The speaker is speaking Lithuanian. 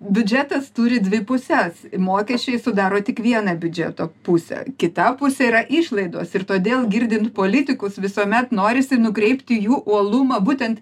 biudžetas turi dvi puses mokesčiai sudaro tik vieną biudžeto pusę kita pusė yra išlaidos ir todėl girdint politikus visuomet norisi nukreipti jų uolumą būtent